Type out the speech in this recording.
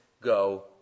go